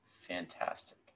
Fantastic